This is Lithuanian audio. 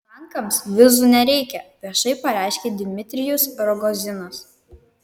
tankams vizų nereikia viešai pareiškia dmitrijus rogozinas